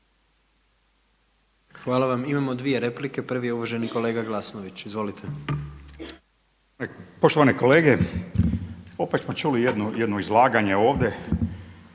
Hvala vam. Imamo dvije replike. Prvi je uvaženi kolega Glasnović, izvolite. **Glasnović, Željko (Nezavisni)** Poštovane kolege, opet smo čuli jedno izlaganje ovdje